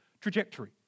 trajectory